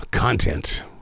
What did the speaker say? Content